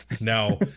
No